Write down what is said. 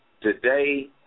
Today